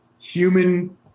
human